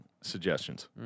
suggestions